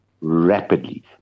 rapidly